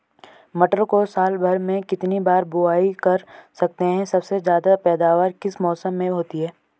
मटर को साल भर में कितनी बार बुआई कर सकते हैं सबसे ज़्यादा पैदावार किस मौसम में होती है?